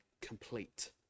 complete